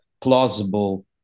plausible